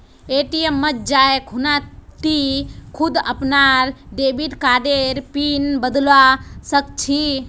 ATM मत जाइ खूना टी खुद अपनार डेबिट कार्डर पिन बदलवा सख छि